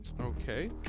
Okay